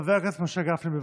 את חורגת מזמנך.